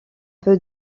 peu